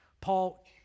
Paul